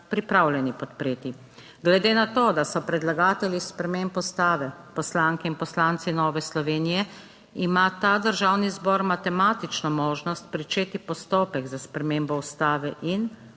pripravljeni podpreti. Glede na to, da so predlagatelji sprememb Ustave poslanke in poslanci Nove Slovenije, ima ta Državni zbor matematično možnost pričeti postopek za spremembo Ustave in